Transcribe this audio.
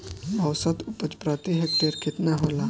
औसत उपज प्रति हेक्टेयर केतना होला?